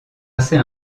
assez